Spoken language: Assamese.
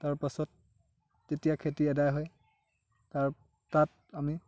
তাৰপাছত যেতিয়া খেতি আদায় হয় তাৰ তাত আমি